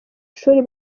shuri